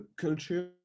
culture